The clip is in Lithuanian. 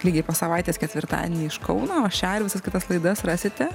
lygiai po savaitės ketvirtadienį iš kauno o šią ir visas kitas laidas rasite